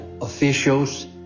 officials